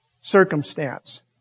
circumstance